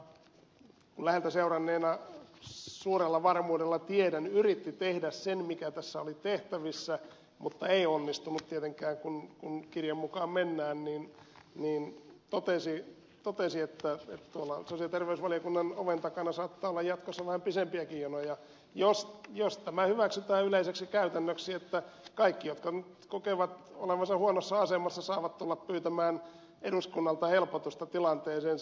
rehula totesi läheltä seuranneena suurella varmuudella tiedän että hän yritti tehdä sen mikä tässä oli tehtävissä mutta ei onnistunut tietenkään kun kirjan mukaan mennään sosiaali ja terveysvaliokunnan oven takana saattaa olla jatkossa vähän pidempiäkin jonoja jos tämä hyväksytään yleiseksi käytännöksi että kaikki jotka nyt kokevat olevansa huonossa asemassa saavat tulla pyytämään eduskunnalta helpotusta tilanteeseensa